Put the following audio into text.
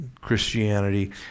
Christianity